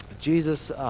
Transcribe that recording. Jesus